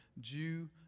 Jew